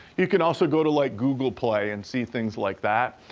you can also go to, like, google play and see things like that.